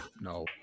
no